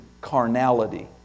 carnality